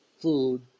food